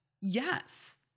yes